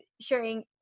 sharing